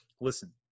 listen